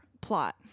plot